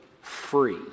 free